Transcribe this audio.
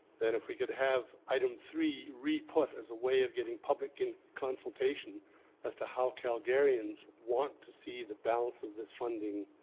then if we could have item three reput as a way of getting public and consultation as to how calgarians want to see the balance of this funding